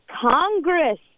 Congress